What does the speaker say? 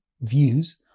views